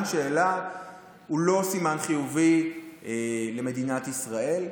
שאלה הוא לא סימן חיובי למדינת ישראל.